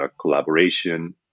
collaboration